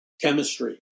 chemistry